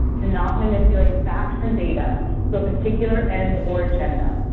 to not manipulate facts and data for a particular end or agenda,